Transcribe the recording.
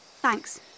Thanks